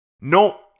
No